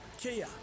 Kia